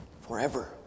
forever